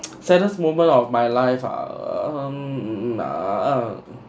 saddest moment of my life ah um